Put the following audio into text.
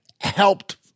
helped